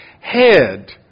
head